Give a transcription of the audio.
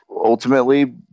Ultimately